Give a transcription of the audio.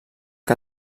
que